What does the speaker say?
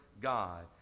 God